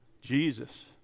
Jesus